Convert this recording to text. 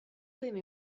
primo